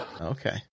Okay